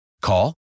Call